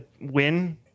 win